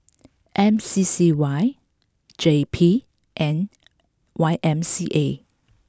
M C C Y J P and Y M C A